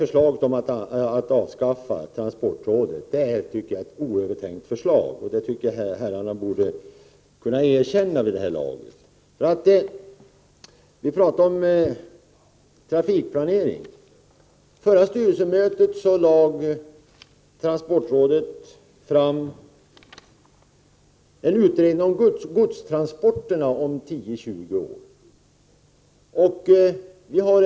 Förslaget om att avskaffa transportrådet är ett oövertänkt förslag. Det tycker jag att herrarna borde kunna erkänna vid detta laget. Vi pratar om trafikplanering. På transportrådets förra styrelsemöte framlades en utredning om godstransporterna om 10-20 år.